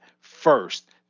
first